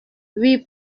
oui